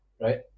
right